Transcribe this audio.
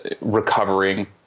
recovering